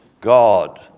God